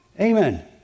Amen